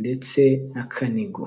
ndetse n'akanigo.